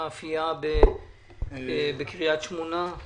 ינון, אתה יכול רגע להגיד על המאפייה בקרית שמונה,